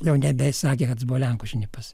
jau nebesakė kad jis buvo lenkų šnipas